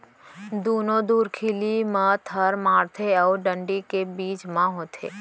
दुनो धुरखिली म थर माड़थे अउ डांड़ी के बीच म होथे